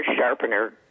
sharpener